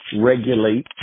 regulate